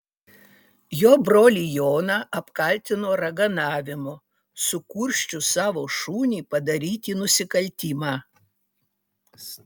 jo brolį joną apkaltino raganavimu sukursčius savo šunį padaryti nusikaltimą